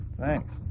Thanks